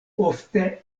ofte